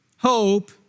Hope